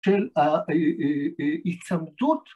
‫של ההיצמתות.